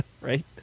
right